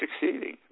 succeeding